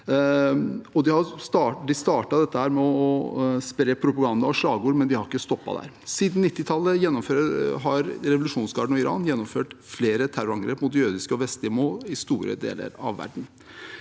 De startet med å spre propaganda og slagord, men de har ikke stoppet der. Siden 1990-tallet har revolusjonsgarden og Iran gjennomført flere terrorangrep mot jødiske og vestlige mål i store deler av verden.